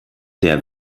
der